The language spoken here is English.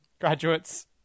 graduates